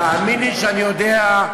תאמין לי שאני יודע.